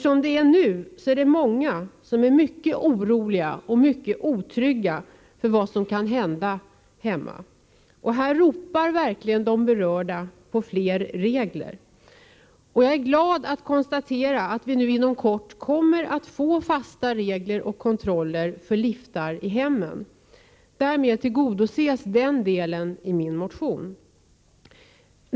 Som det är nu är många mycket oroliga och otrygga inför vad som kan hända hemma. Här ropar verkligen de berörda på fler regler. Och jag är glad att konstatera att vi nu inom kort kommer att få fasta regler och kontroller för liftar i hemmen. Därmed tillgodoses den delen i min motion.